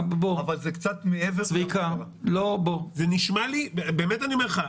אבל זה קצת מעבר --- זה נשמע לי באמת אני אומר לך,